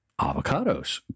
Avocados